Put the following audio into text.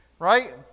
Right